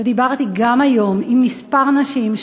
ודיברתי גם היום עם כמה נשים.